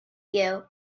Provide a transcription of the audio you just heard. you